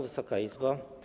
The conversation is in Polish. Wysoka Izbo!